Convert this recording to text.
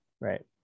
Right